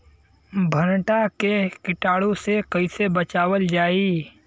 भनटा मे कीटाणु से कईसे बचावल जाई?